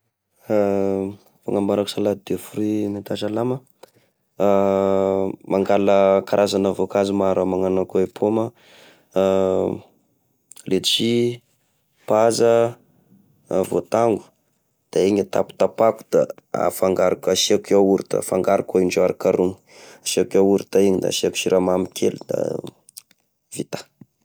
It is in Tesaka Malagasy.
Fagnamboarako salady de fruit mety hasalama, mangala karazana voankazo maro magnano akô e pôma, letchi ,paza, voatango, da iny e tapatapako da afangaroko asiako yaourt, afangaroko eo indreo arokaroina, asiako yaourta iny da asiako siramamy kely da vita.